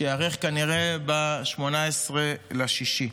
שייערך כנראה ב-18 ביוני.